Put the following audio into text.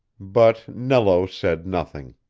but nello said nothing.